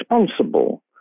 responsible